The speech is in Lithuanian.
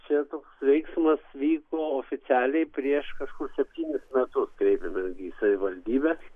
čia toks veiksmas vyko oficialiai prieš kažkur septynis metus kreipėmės į savivaldybę